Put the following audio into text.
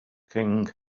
king